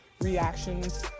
reactions